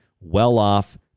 well-off